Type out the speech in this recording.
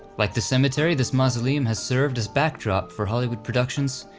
like the cemetery this mausoleum has served as backdrop for hollywood productions,